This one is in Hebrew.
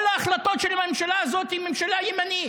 כל ההחלטות של הממשלה הזאת, היא ממשלה ימנית.